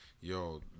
Yo